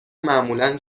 معمولا